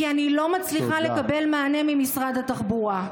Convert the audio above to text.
כי אני לא מצליחה לקבל מענה ממשרד התחבורה.